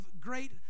great